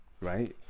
right